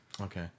Okay